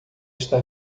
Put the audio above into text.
está